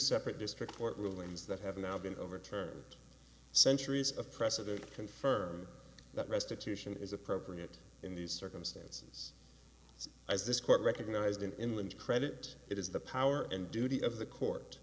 separate district court rulings that have now been overturned centuries of precedent confirm that restitution is appropriate in these circumstances as this court recognized in credit it is the power and duty of the court